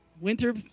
Winter